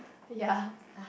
ya